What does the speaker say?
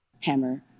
hammer